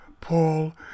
Paul